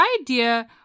idea